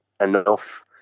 enough